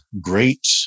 great